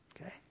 okay